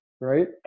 right